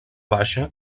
baixa